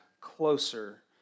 closer